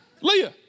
Leah